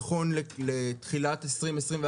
נכון לתחילת 2021,